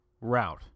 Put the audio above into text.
route